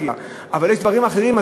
אבל יש דברים אחרים,